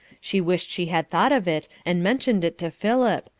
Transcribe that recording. she wished she had thought of it and mentioned it to philip,